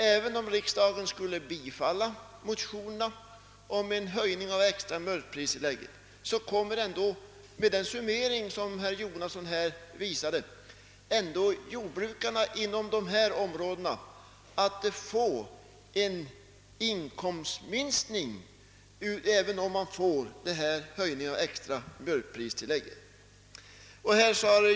Även om riksdagen skulle bifalla motionerna om en höjning av det extra mjölkpristillägget kommer, enligt den summering som herr Jonasson redovisade, jordbrukarna inom dessa områden att drabbas av en inkomstminskning. Varför går socialdemokraterna emot detta rimliga krav?